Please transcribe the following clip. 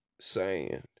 sand